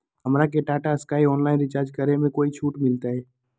हमरा के Tata sky online recharge करे में कोई छूट मिलतई